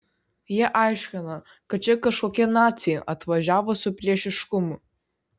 jie aiškino kad čia kažkokie naciai atvažiavo su priešiškumu